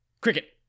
Cricket